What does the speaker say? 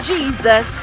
Jesus